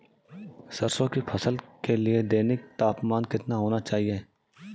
सरसों की फसल के लिए दैनिक तापमान कितना होना चाहिए?